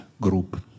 group